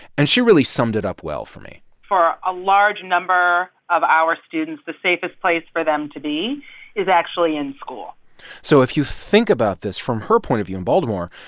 and she really summed it up well for me for a large number of our students, the safest place for them to be is actually in school so if you think about this from her point of view in baltimore,